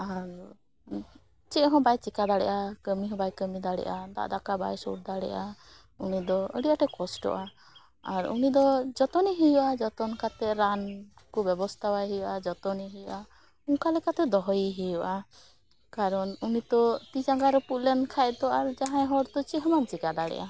ᱟᱨ ᱪᱮᱫᱦᱚᱸ ᱵᱟᱭ ᱪᱮᱠᱟ ᱫᱟᱲᱮᱜᱼᱟ ᱠᱟᱹᱢᱤᱦᱚᱸ ᱵᱟᱭ ᱠᱟᱹᱢᱤ ᱫᱟᱲᱮᱜᱼᱟ ᱫᱟᱜ ᱫᱟᱠᱟ ᱵᱟᱭ ᱥᱩᱨ ᱫᱟᱲᱮᱜᱼᱟ ᱩᱱᱤᱫᱚ ᱟᱹᱰᱤᱼᱟᱸᱴᱮ ᱠᱚᱥᱴᱚᱜᱼᱟ ᱟᱨ ᱩᱱᱤᱫᱚ ᱡᱚᱛᱚᱱᱮ ᱦᱩᱭᱩᱜᱼᱟ ᱡᱚᱛᱚᱱ ᱠᱟᱛᱮᱫ ᱨᱟᱱᱠᱚ ᱵᱮᱵᱚᱥᱛᱟᱣᱟᱭ ᱦᱩᱭᱩᱜᱼᱟ ᱡᱚᱛᱚᱱᱮ ᱦᱩᱭᱩᱜᱼᱟ ᱚᱝᱠᱟ ᱞᱮᱠᱟᱛᱮ ᱫᱚᱦᱚᱭᱮ ᱦᱩᱭᱩᱜᱼᱟ ᱠᱟᱨᱚᱱ ᱩᱱᱤ ᱛᱳ ᱛᱤ ᱡᱟᱸᱜᱟ ᱨᱟᱹᱯᱩᱫ ᱞᱮᱱᱠᱷᱟᱱ ᱛᱚ ᱟᱨ ᱡᱟᱦᱟᱸᱭ ᱦᱚᱲ ᱪᱮᱫᱦᱚᱸ ᱵᱟᱢ ᱪᱮᱠᱟ ᱫᱟᱲᱮᱭᱟᱜᱼᱟ